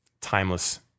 timeless